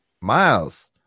Miles